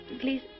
Please